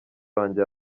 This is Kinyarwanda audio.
wanjye